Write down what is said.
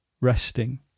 resting